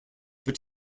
but